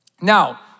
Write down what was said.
Now